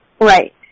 Right